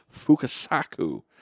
Fukasaku